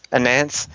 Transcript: Announce